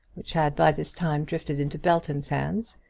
which had by this time drifted into belton's hands,